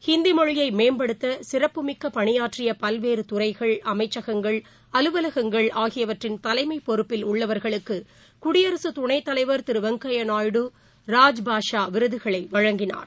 ஹிந்தி மொழியை மேம்படுத்த சிறப்புமிக்க பணியாற்றிய பல்வேறு துறைகள் அமைச்சகங்கள் அலுவலகங்கள் ஆகியவற்றின் தலைமைப் பொறுப்பில் உள்ளவர்களுக்கு குடியரசுத் துணைத்தலைவர் திரு வெங்கையா நாயுடு ராஜ் பாஷா விருதுகளை வழங்கினார்